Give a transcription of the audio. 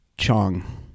Chong